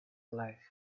life